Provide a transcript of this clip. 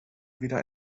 wieder